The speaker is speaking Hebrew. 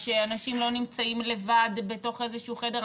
שאנשים לא נמצאים לבד בתוך איזשהו חדר?